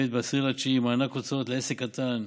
ב-10 בספטמבר, מענק הוצאות לעסק קטן,